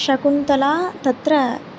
शकुन्तला तत्र